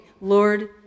Lord